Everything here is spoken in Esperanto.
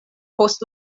post